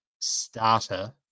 starter